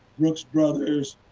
brooks brothers,